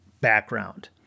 background